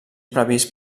previst